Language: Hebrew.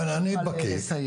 לא, אני בקיא.